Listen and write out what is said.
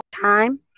time